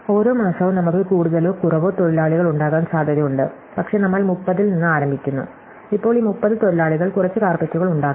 ഓരോ മാസവും നമുക്ക് കൂടുതലോ കുറവോ തൊഴിലാളികളുണ്ടാകാൻ സാധ്യതയുണ്ട് പക്ഷേ നമ്മൾ 30 ൽ നിന്ന് ആരംഭിക്കുന്നു ഇപ്പോൾ ഈ 30 തൊഴിലാളികൾ കുറച്ച് കാര്പെറ്റുകൾ ഉണ്ടാക്കും